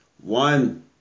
One